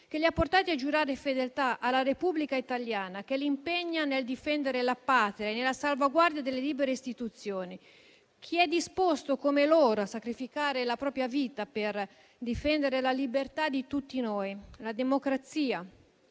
li ha portati a giurare fedeltà alla Repubblica italiana, che li impegna nel difendere la Patria a salvaguardia delle libere istituzioni. Chi è disposto, come loro, a sacrificare la propria vita per difendere la libertà di tutti noi, la democrazia,